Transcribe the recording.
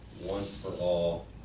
once-for-all